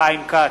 חיים כץ,